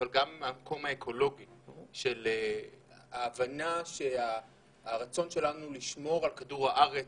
אבל גם מהמקום האקולוגי של ההבנה שהרצון שלנו לשמור על כדור הארץ,